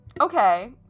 Okay